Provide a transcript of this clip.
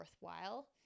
worthwhile